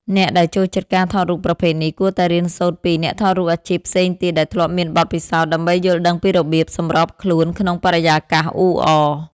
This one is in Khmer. អ្នកដែលចូលចិត្តការថតរូបប្រភេទនេះ គួរតែរៀនសូត្រពី អ្នកថតរូបអាជីពផ្សេងទៀតដែលធ្លាប់មានបទពិសោធន៍ ដើម្បីយល់ដឹងពីរបៀបសម្របខ្លួនក្នុងបរិយាកាសអ៊ូអរ។